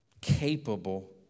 capable